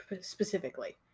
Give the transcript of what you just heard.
specifically